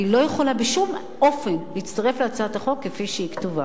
אני לא יכולה בשום אופן להצטרף להצעת החוק כפי שהיא כתובה.